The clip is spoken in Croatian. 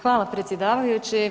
Hvala predsjedavajući.